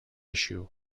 issue